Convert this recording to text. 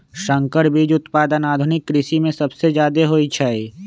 संकर बीज उत्पादन आधुनिक कृषि में सबसे जादे होई छई